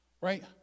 Right